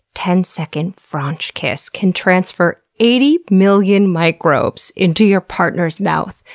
ten-second fronch kiss can transfer eighty million microbes into your partner's mouth!